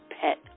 pet